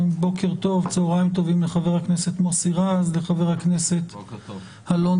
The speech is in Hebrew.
צהריים טובים לחברי הכנסת מוסי רז ואלון טל.